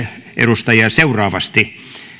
edustajia seuraavasti